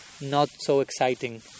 not-so-exciting